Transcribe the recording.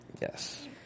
Yes